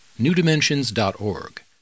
newdimensions.org